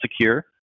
secure